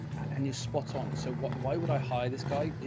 and you're spot on. so what? why would i hire this guy?